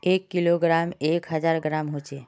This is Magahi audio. एक किलोग्रमोत एक हजार ग्राम होचे